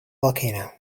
volcano